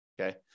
okay